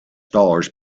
dollars